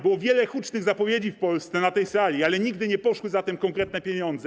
Było wiele hucznych zapowiedzi w Polsce, na tej sali, ale nigdy nie poszły za tym konkretne pieniądze.